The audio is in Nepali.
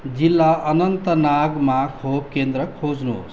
जिल्ला अनन्तनागमा खोप केन्द्र खोज्नुहोस्